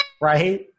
Right